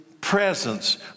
presence